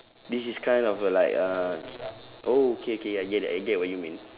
this is kind of like uh oh okay okay I get it I get what you mean